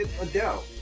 Adele